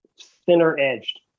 Thinner-edged